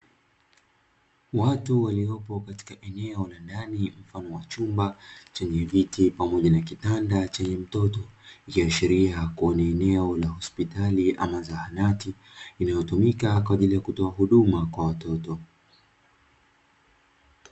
Watu waliopo katika eneo ndani mfano wa chumba chenye viti pamoja na kitanda chenye mtoto, ikiashiria kuwa ni eneo la hospitali au zahanati inayotumika kwa ajili ya kutoa huduma kwa watoto.